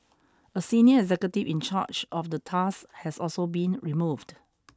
a senior executive in charge of the task has also been removed